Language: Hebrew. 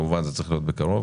כמובן זה צריך להיות בקרוב.